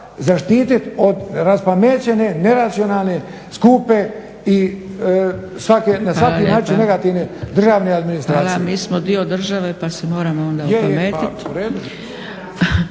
zaštititi od raspamećene neracionalne skupe i na svaki način negativne državne administracije. **Zgrebec, Dragica (SDP)** Hvala lijepa. Mi smo dio države pa se moramo onda opametiti.